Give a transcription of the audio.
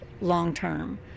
long-term